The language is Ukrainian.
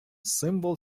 символ